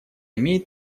имеет